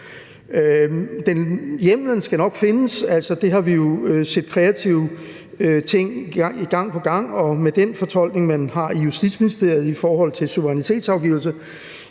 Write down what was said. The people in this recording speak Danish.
Hjemmelen skal nok findes. Der har vi jo set kreative ting gang på gang, og med den fortolkning, man har i Justitsministeriet i forhold til suverænitetsafgivelse,